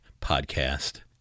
podcast